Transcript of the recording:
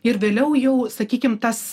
ir vėliau jau sakykim tas